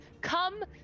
come